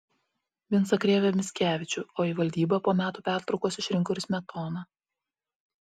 vincą krėvę mickevičių o į valdybą po metų pertraukos išrinko ir smetoną